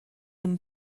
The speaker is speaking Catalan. amb